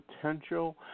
potential